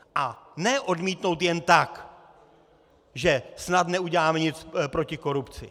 A ne odmítnout jen tak, že snad neuděláme nic proti korupci.